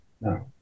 No